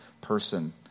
person